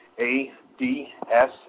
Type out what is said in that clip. A-D-S